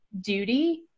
duty